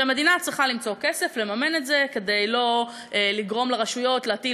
שהמדינה צריכה למצוא כסף לממן את זה כדי לא לגרום לרשויות להטיל